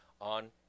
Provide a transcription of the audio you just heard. on